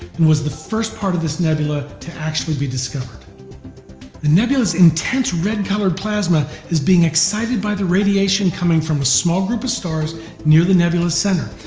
and was the first part of this nebula to be discovered. the nebula's intense red colored plasma is being excited by the radiation coming from a small group of stars near the nebula's center.